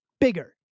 bigger